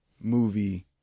movie